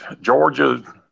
Georgia